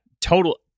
total